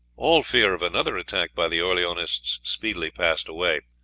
all fear of another attack by the orleanists speedily passed away.